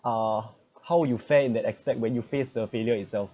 uh how you fear in that aspect when you face the failure itself